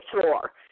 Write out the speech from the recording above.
floor